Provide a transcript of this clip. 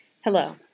Hello